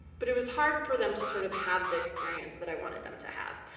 but it was hard for them to sort of have the experience that i wanted them to have.